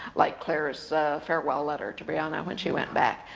like claire's farewell letter to brianna when she went back.